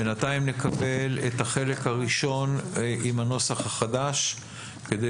בינתיים נקבל את החלק הראשון עם הנוסח החדש כדי